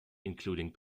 including